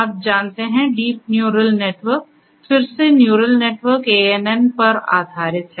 आप जानते हैं डीप न्यूरल नेटवर्क फिर से न्यूरल नेटवर्क ANN पर आधारित है